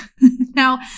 now